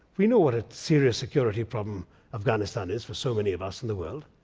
we know what a serious security problem afghanistan is for so many of us in the world.